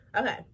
Okay